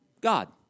God